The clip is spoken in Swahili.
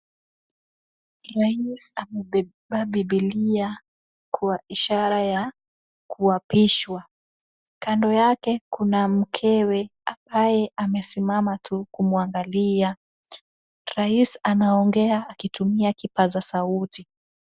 Rais amebeba bibilia kwa ishara ya kuapishwa. Kando yake kuna mkewe ambaye amesimama tu kumwangalia. Rais anaongea akitumia kipaza sauti.